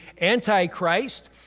Antichrist